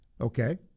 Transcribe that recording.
Okay